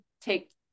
take